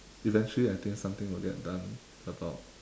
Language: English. eventually I think something will get done about